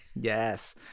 yes